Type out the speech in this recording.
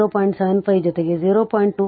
75 ಜೊತೆಗೆ 0